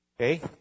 Okay